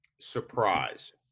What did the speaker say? surprise